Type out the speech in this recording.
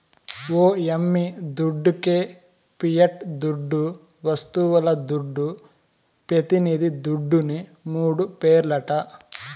ఓ యమ్మీ దుడ్డికే పియట్ దుడ్డు, వస్తువుల దుడ్డు, పెతినిది దుడ్డుని మూడు పేర్లట